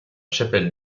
chapelle